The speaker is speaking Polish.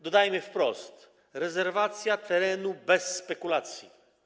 Dodajmy wprost: rezerwacja terenu bez spekulacji.